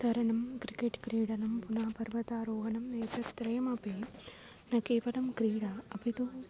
तरणं क्रिकेट् क्रीडनं पुनः पर्वतारोहणम् एतत् त्रयमपि न केवलं क्रीडा अपि तु